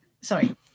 sorry